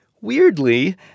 weirdly